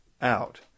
out